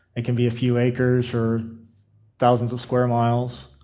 it can be a few acres or thousands of square miles.